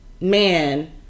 man